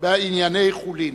בענייני חולין.